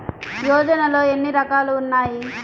యోజనలో ఏన్ని రకాలు ఉన్నాయి?